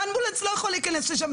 אמבולנס לא יכול להיכנס לשם.